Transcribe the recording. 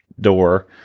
door